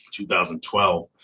2012